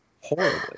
horribly